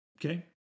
okay